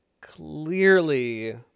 Clearly